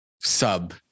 sub